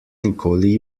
nikoli